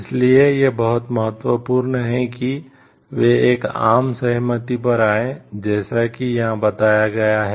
इसलिए यह बहुत महत्वपूर्ण है कि वे एक आम सहमति पर आएं जैसा कि यहां बताया गया है